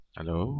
Hello